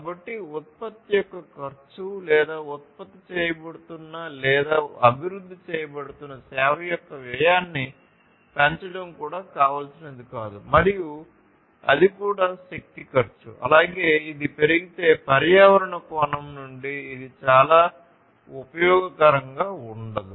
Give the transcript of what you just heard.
కాబట్టి ఉత్పత్తి యొక్క ఖర్చు లేదా ఉత్పత్తి చేయబడుతున్న లేదా అభివృద్ధి చేయబడుతున్న సేవ యొక్క వ్యయాన్ని పెంచడం కూడా కావాల్సినది కాదు మరియు అది కూడా శక్తి ఖర్చు అలాగే ఇది పెరిగితే పర్యావరణ కోణం నుండి ఇది చాలా ఉపయోగకరంగా ఉండదు